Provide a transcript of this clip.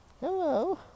Hello